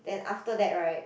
then after that right